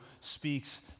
speaks